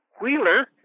Wheeler